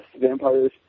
Vampires